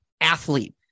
athlete